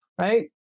Right